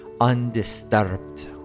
undisturbed